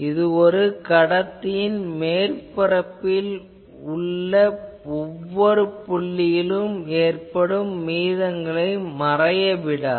இது ஒரு கடத்தியின் மேற்பரப்பின் ஒவ்வொரு புள்ளியிலும் ஏற்படும் மீதங்களை மறையவிடாது